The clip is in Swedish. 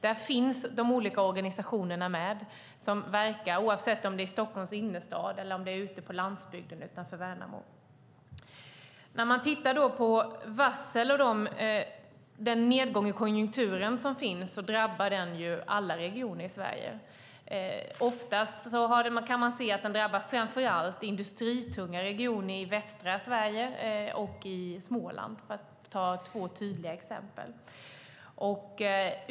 Där är de olika organisationer som verkar med, oavsett om det är i Stockholms innerstad eller om det är ute på landsbygden utanför Värnamo. De varsel och den nedgång i konjunkturen som finns drabbar alla regioner i Sverige. Oftast kan man se att den drabbar framför allt industritunga regioner i västra Sverige och i Småland, för att ta två tydliga exempel.